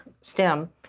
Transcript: stem